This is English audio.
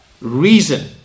reason